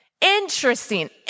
Interesting